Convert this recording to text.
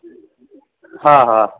हा हा